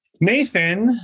Nathan